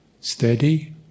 steady